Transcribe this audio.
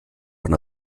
von